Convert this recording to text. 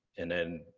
and then,